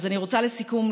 לסיכום,